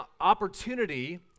opportunity